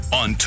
on